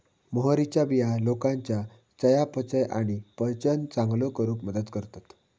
मोहरीच्या बिया लोकांच्या चयापचय आणि पचन चांगलो करूक मदत करतत